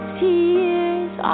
tears